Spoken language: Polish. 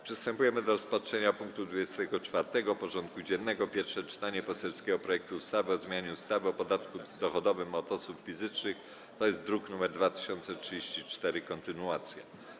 Przystępujemy do rozpatrzenia punktu 24. porządku dziennego: Pierwsze czytanie poselskiego projektu ustawy o zmianie ustawy o podatku dochodowym od osób fizycznych (druk nr 2034) - kontynuacja.